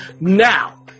Now